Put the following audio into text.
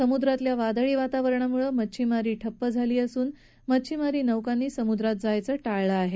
समुद्रातल्या वादळी वातावरणामुळे मच्छीमारी ठप्प झाली असून मच्छीमारी नौकांनी समुद्रात जायचं टाळलं आहे